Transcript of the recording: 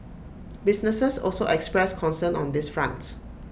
businesses also expressed concern on this front